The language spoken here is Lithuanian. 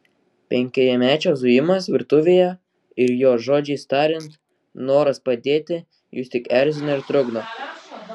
penkiamečio zujimas virtuvėje ir jo žodžiais tariant noras padėti jus tik erzina ir trukdo